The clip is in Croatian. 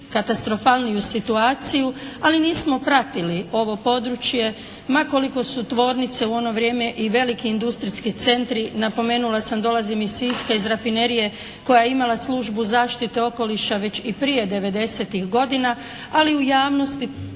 katastrofalniju situaciju ali nismo pratili ovo područje ma koliko su tvornice u ono vrijeme i veliki industrijski centri, napomenula sam dolazim iz Siska, iz rafinerije koja je imala službu zaštite okoliša već i prije devedesetih godina, ali u javnosti